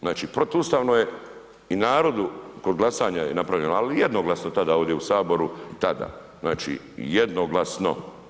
Znači protuustavno je i narodu, kod glasanje je napravljeno ali jednoglasno tada ovdje u Saboru, tada, znači jednoglasno.